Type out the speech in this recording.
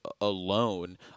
alone